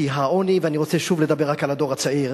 כי העוני, ואני רוצה, שוב, לדבר רק על הדור הצעיר,